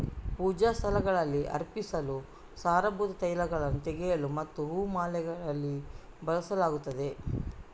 ಪೂಜಾ ಸ್ಥಳಗಳಲ್ಲಿ ಅರ್ಪಿಸಲು, ಸಾರಭೂತ ತೈಲಗಳನ್ನು ತೆಗೆಯಲು ಮತ್ತು ಹೂ ಮಾಲೆಗಳಲ್ಲಿಯೂ ಬಳಸಲಾಗುತ್ತದೆ